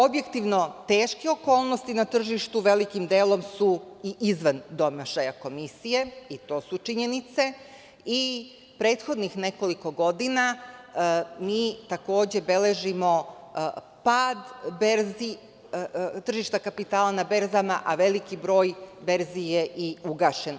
Objektivno, teške okolnosti na tržištu velikim delom su i izvan domašaja komisije i to su činjenice i prethodnih nekoliko godina mi takođe beležimo pad berzi, tržišta kapitala na berzama, a veliki broj berzi je i ugašen.